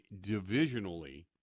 divisionally